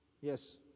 Yes